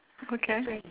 okay